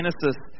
Genesis